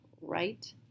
right